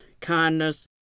kindness